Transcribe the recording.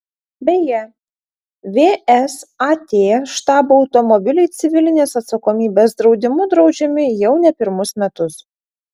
beje vsat štabo automobiliai civilinės atsakomybės draudimu draudžiami jau ne pirmus metus